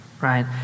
right